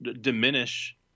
diminish